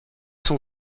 son